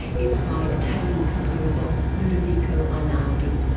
it's by italian composer ludovico einaudi.